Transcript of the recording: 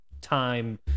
time